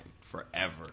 Forever